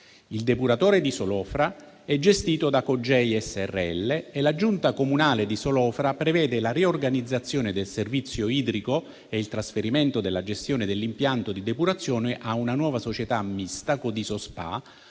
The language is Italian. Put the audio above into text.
Il depuratore di Solofra è gestito da Cogei srl e la giunta comunale di Solofra prevede la riorganizzazione del servizio idrico e il trasferimento della gestione dell'impianto di depurazione a una nuova società mista Consorzio